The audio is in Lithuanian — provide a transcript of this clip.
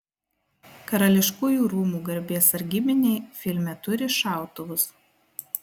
karališkųjų rūmų garbės sargybiniai filme turi šautuvus